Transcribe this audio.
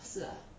是啊